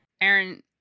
Aaron